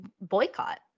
boycott